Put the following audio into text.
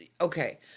Okay